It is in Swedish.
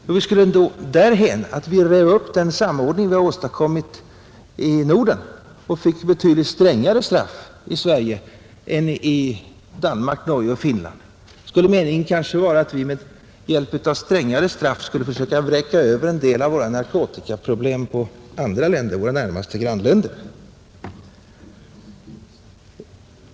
Jo, vi skulle nå därhän att vi rev upp den samordning vi har åstadkommit i Norden och fick betydligt strängare straff i Sverige än man har i Danmark, Norge och Finland. Skulle meningen kanske vara att vi med hjälp av strängare straff skulle försöka vräka över en del av våra narkotikaproblem på våra grannländer?